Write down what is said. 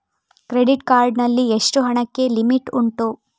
Credit card ನಲ್ಲಿ ಎಷ್ಟು ಹಣಕ್ಕೆ ಲಿಮಿಟ್ ಉಂಟು?